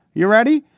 you're ready.